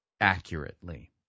accurately